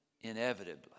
inevitably